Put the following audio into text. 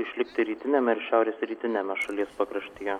išlikti rytiniame ir šiaurės rytiniame šalies pakraštyje